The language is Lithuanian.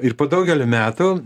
ir po daugelio metų